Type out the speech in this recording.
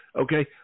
okay